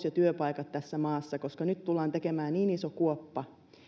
ja työpaikat tässä maassa koska nyt tullaan tekemään niin iso kuoppa